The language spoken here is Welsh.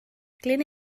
glyn